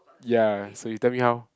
ya so you tell me how